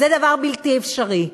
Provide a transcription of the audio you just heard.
זה דבר בלתי אפשרי.